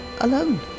alone